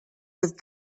with